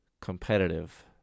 competitive